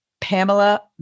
Pamela